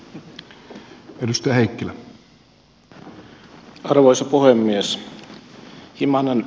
arvoisa puhemies